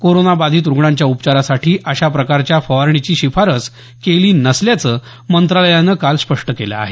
कोरोनाबाधित रुग्णांच्या उपचारासाठी अशा प्रकारच्या फवारणीची शिफारस केली नसल्याचं मंत्रालयानं काल स्पष्ट केलं आहे